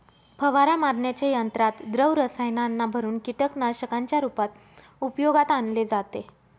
फवारा मारण्याच्या यंत्रात द्रव रसायनांना भरुन कीटकनाशकांच्या रूपात उपयोगात आणले जाते